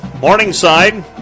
Morningside